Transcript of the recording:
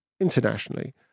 internationally